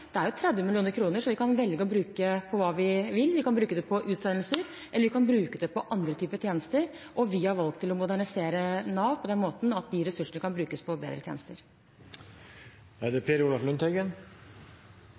vi kan bruke på hva vi vil. Vi kan bruke det på utsendelser eller vi kan bruke det på andre typer tjenester. Vi har valgt å modernisere Nav på den måten at de ressursene kan brukes på bedre tjenester.